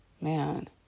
Man